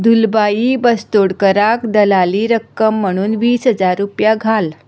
दुलबाई बस्तोडकराक दलाली रक्कम म्हणून वीस हजार रुपया घाल